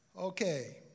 Okay